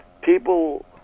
people